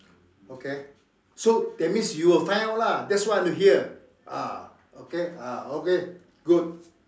okay so that means you will find out lah that's what I want to hear ah okay ah okay good